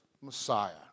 Messiah